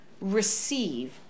receive